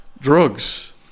Drugs